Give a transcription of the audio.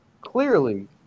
clearly